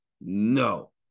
No